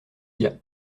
gars